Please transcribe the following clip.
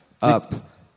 up